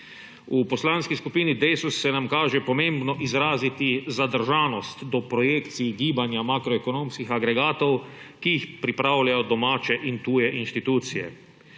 V Poslanski skupini Desus se nam kaže pomembno izraziti zadržanost do projekcij gibanja makroekonomskih agregatov, ki jih pripravljajo domače in tuje inštitucije.